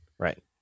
Right